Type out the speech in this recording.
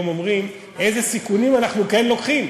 אומרים איזה סיכונים אנחנו כן לוקחים.